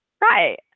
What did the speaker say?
Right